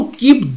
keep